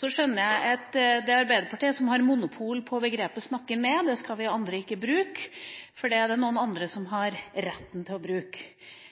Så skjønner jeg at det er Arbeiderpartiet som har monopol på begrepet «snakke ned» – det skal vi andre ikke bruke, for det er det noen andre som har retten til å bruke.